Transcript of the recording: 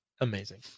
amazing